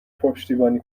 پشتیبانی